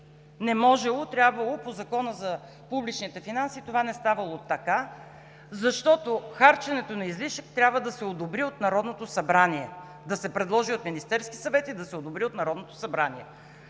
Не можело! По Закона за публичните финанси това не ставало така, защото харченето на излишък трябва да се одобри от Народното събрание – да се предложи от Министерския съвет и да се одобри от Народното събрание.